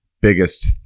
biggest